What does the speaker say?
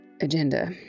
agenda